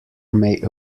may